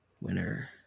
Winner